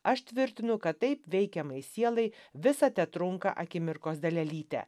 aš tvirtinu kad taip veikiamai sielai visa tetrunka akimirkos dalelytę